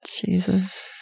Jesus